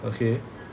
okay